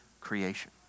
creation